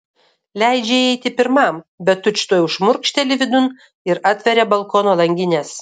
leidžia įeiti pirmam bet tučtuojau šmurkšteli vidun ir atveria balkono langines